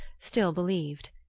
still believed.